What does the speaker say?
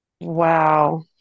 wow